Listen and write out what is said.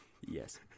Yes